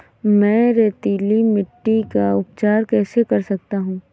मैं रेतीली मिट्टी का उपचार कैसे कर सकता हूँ?